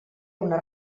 una